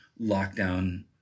lockdown